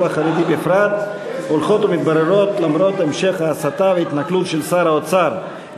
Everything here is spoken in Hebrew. החרדי בפרט הולכות ומתבררות למרות המשך ההסתה וההתנכלות של שר האוצר,